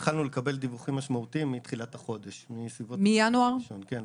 התחלנו לקבל דיווחים משמעותיים מתחילת ינואר 2022. אלו